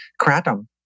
kratom